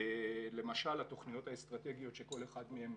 למשל התוכניות האסטרטגיות שכל אחד מהם